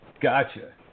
Gotcha